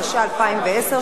התש"ע 2010,